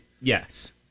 Yes